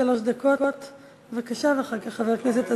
שלוש דקות, בבקשה, ואחר כך, חבר הכנסת אזולאי.